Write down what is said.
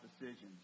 decisions